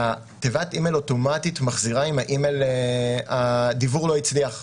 תיבת האימייל אוטומטית מחזירה אם הדיוור לא הצליח.